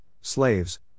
slaves